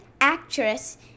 actress